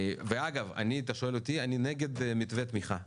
ואגב אם אתה שואל אותי, אני נגד מתווה תמיכה.